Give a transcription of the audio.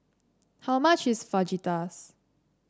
how much is Fajitas